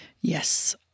Yes